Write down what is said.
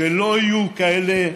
שלא יהיו כאלה.